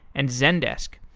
and zendesk.